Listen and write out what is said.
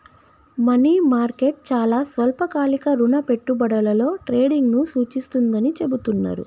money market చాలా స్వల్పకాలిక రుణ పెట్టుబడులలో ట్రేడింగ్ను సూచిస్తుందని చెబుతున్నరు